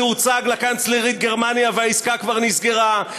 הוצג לקנצלרית גרמניה והעסקה כבר נסגרה,